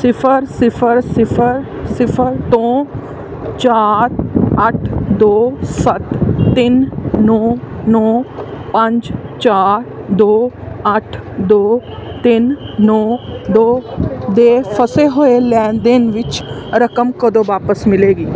ਸਿਫਰ ਸਿਫਰ ਸਿਫਰ ਸਿਫਰ ਤੋਂ ਚਾਰ ਅੱਠ ਦੋ ਸੱਤ ਤਿੰਨ ਨੌਂ ਨੌਂ ਪੰਜ ਚਾਰ ਦੋ ਅੱਠ ਦੋ ਤਿੰਨ ਨੌਂ ਦੋ ਦੇ ਫਸੇ ਹੋਏ ਲੈਣ ਦੇਣ ਵਿੱਚ ਰਕਮ ਕਦੋਂ ਵਾਪਸ ਮਿਲੇਗੀ